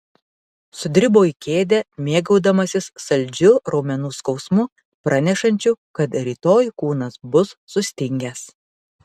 sudribo į kėdę mėgaudamasis saldžiu raumenų skausmu pranešančiu kad rytoj kūnas bus sustingęs